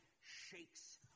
shakes